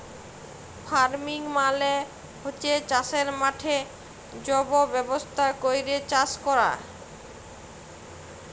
farming মালে হছে চাষের মাঠে ছব ব্যবস্থা ক্যইরে চাষ ক্যরা